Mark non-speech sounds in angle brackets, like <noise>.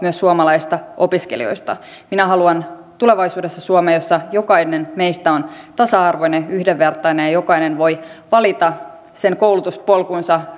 myös suomalaisista opiskelijoista minä haluan tulevaisuudessa suomen jossa jokainen meistä on tasa arvoinen yhdenvertainen ja ja jokainen voi valita koulutuspolkunsa <unintelligible>